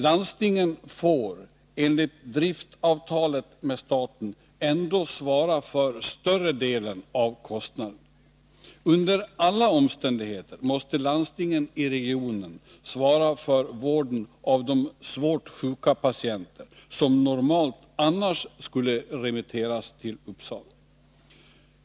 Landstingen får enligt driftsavtalet med staten ändå svara för större delen av kostnaden. Under alla omständigheter måste landstingen i regionen svara för vården av de svårt sjuka patienter som normalt annars skulle remitteras till Uppsala.